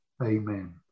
Amen